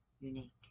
unique